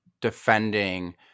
defending